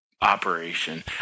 operation